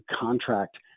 contract